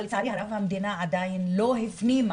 אבל לצערי הרב, המדינה עדיין לא הפנימה,